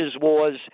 wars